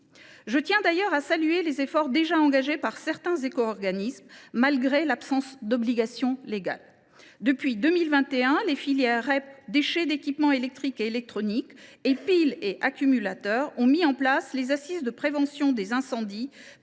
Je tiens d’ailleurs à saluer les efforts déjà engagés par certains éco organismes, malgré l’absence d’obligation légale. Depuis 2021, les filières REP des déchets d’équipements électriques et électroniques et des piles et accumulateurs ont ainsi mis en place les assises de la prévention du risque incendie,